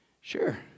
Sure